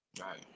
right